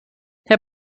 herr